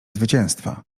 zwycięstwa